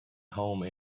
home